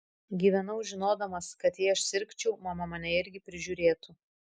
gyvenau žinodamas kad jei aš sirgčiau mama mane irgi prižiūrėtų